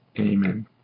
Amen